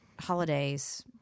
holidays